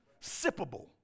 Sippable